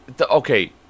Okay